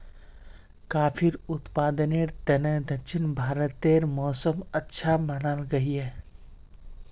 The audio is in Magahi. काफिर उत्पादनेर तने दक्षिण भारतेर मौसम अच्छा मनाल गहिये